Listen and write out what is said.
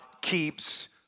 keeps